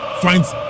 finds